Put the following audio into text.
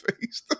face